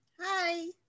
Hi